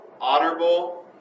honorable